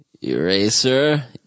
Eraser